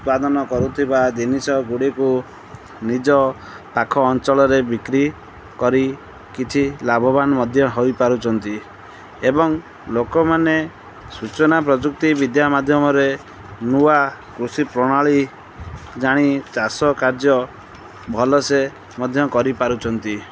ଉତ୍ପାଦନ କରୁଥିବା ଜିନିଷଗୁଡ଼ିକୁ ନିଜ ପାଖ ଅଞ୍ଚଳରେ ବିକ୍ରି କରି କିଛି ଲାଭବାନ ମଧ୍ୟ ହେଇପାରୁଛନ୍ତି ଏବଂ ଲୋକମାନେ ସୂଚନା ପ୍ରଯୁକ୍ତିବିଦ୍ୟା ମାଧ୍ୟମରେ ନୂଆ କୃଷି ପ୍ରଣାଳୀ ଜାଣି ଚାଷ କାର୍ଯ୍ୟ ଭଲସେ ମଧ୍ୟ କରିପାରୁଛନ୍ତି